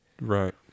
Right